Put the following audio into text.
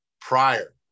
prior